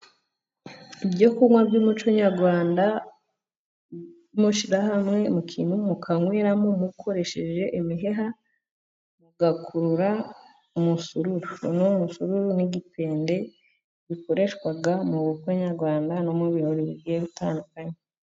Ibyo kunywa by'umuco nyarwanda mushyira hamwe mu kintu mukanyweramo mukoresheje imiheha, mugakurura umusururu. Bimwe mu misururu n'igipende bikoreshwa mu bukwe nyarwanda no mu birori bigiye bitandukanye.